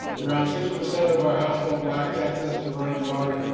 around six percent of our household lack access to running and water,